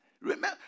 Remember